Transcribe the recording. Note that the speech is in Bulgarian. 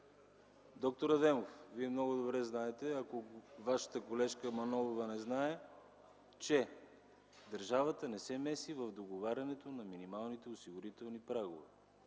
д-р Адемов, Вие много добре знаете, ако Вашата колежка Манолова не знае, че държавата не се меси в договарянето на минималните осигурителни прагове.